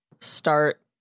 start